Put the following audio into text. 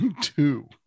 Two